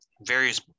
various